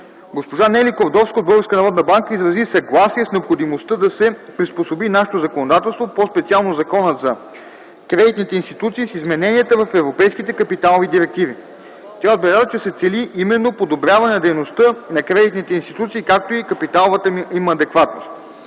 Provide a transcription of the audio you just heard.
Госпожа Нели Кордовска от Българска народна банка изрази съгласие с необходимостта да се приспособи нашето законодателство, по-специално Законът за кредитните институции, с измененията в европейските капиталови директиви. Тя отбеляза, че се цели именно подобряване на дейността на кредитните институции, както и капиталовата им адекватност.